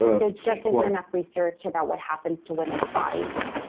there just isn't enough research about what happens to women's bodies.